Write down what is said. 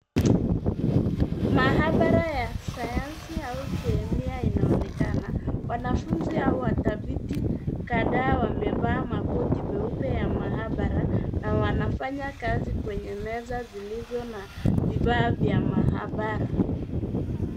Maabara ya sayansi au kemia inaonekana, wanafunzi au watafiti kadhaa wamevaa makoti meupe ya maabara na wanafanya kazi kwenye meza vilivyo na vifaa vya maabara.